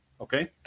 Okay